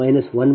5 0